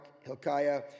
Hilkiah